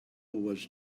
was